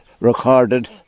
recorded